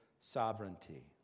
sovereignty